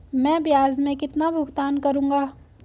मैं ब्याज में कितना भुगतान करूंगा?